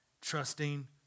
trusting